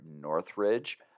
Northridge